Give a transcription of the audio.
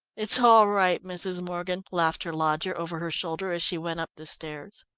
it's all right, mrs. morgan, laughed her lodger over her shoulder as she went up the stairs.